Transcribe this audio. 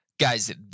Guys